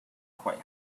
quite